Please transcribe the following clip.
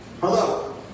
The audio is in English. Hello